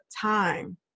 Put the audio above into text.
time